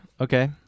Okay